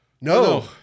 No